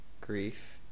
grief